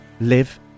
live